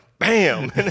bam